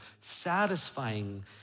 satisfying